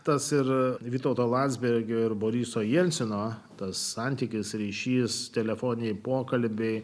tas ir vytauto landsbergio ir boriso jelcino tas santykis ryšys telefoniniai pokalbiai